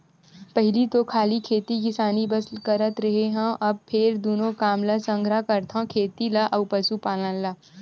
पहिली तो खाली खेती किसानी बस करत रेहे हँव, अब फेर दूनो काम ल संघरा करथव खेती ल अउ पसुपालन ल